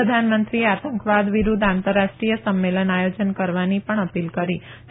પ્રધાનમંત્રીએ આતંકવાદ વિરૂધ્ધ આંતરરાષ્ટ્રીય સંમેલન આયોજન કરવાની પણ અપીલ કરીત